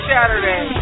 Saturday